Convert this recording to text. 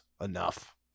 enough